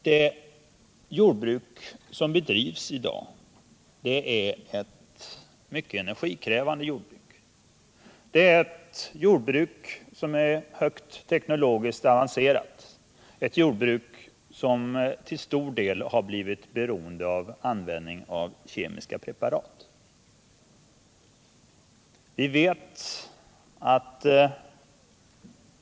Det jordbruk som bedrivs i dag är mycket energikrävande och teknologiskt mycket avancerat, ett jordbruk som till stor del blivit beroende av användning av kemiska preparat.